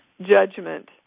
judgment